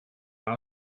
ein